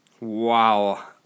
Wow